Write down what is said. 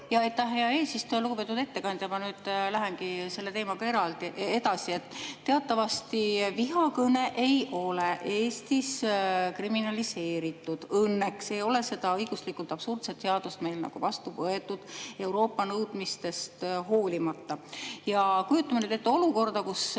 hea eesistuja! Lugupeetud ettekandja! Ma nüüd lähengi selle teemaga edasi. Teatavasti vihakõne ei ole Eestis kriminaliseeritud. Õnneks ei ole seda õiguslikult absurdset seadust meil vastu võetud Euroopa nõudmistest hoolimata. Ja kujutame nüüd ette olukorda, kus